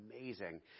amazing